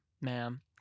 ma'am